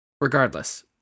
Regardless